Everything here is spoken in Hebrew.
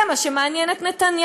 זה מה שמעניין את נתניהו,